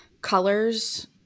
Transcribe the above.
colors